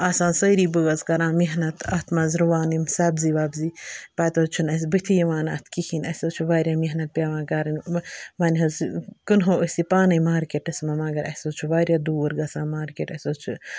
آسان سٲری بٲژ کَران مٮ۪حنَت اَتھ مَنٛز رُوان یہِ سَبزی وَبزی پتہٕ حٕظ چھُنہٕ اسہِ بٕتھِ یِوان اتھ کِہیٖنۍ اسہِ حٕظ چھِ واریاہ مٮ۪حنَت پٮ۪وان کَرٕنۍ وَنۍ حٕظ کٕنہٕوو أسۍ یہِ پانٕے مارکٮ۪ٹَس منٛز مَگر اسہِ حٕظ چھُ واریاہ دوٗر گَژھان مارکٮ۪ٹ اسہِ حٕظ چھُ